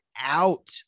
out